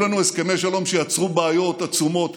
היו לנו הסכמי שלום שיצרו בעיות עצומות.